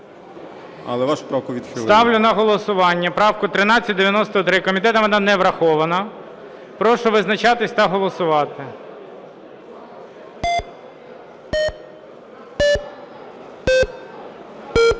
вашу правку відхилено. ГОЛОВУЮЧИЙ. Ставлю на голосування правку 1393. Комітетом вона не врахована. Прошу визначатись та голосувати.